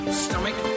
stomach